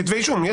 כתבי אישום.